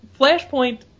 Flashpoint